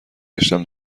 گشتم